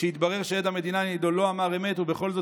כשהתברר שעד המדינה נגדו לא אמר אמת ובכל זאת